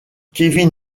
kevin